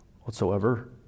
whatsoever